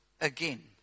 again